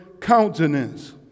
countenance